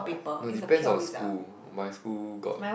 no depends on school my school got